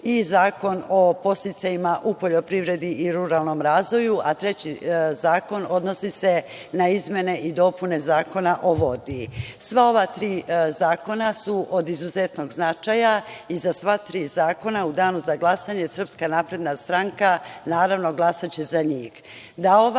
i Zakon o podsticajima u poljoprivredi i ruralnom razvoju, a treći zakon odnosi se na izmene i dopune Zakona o vodi. Sva ova tri zakona su od izuzetnog značaja i za sva tri zakona u danu za glasanje SNS naravno glasaće za njih. Da